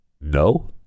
no